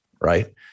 Right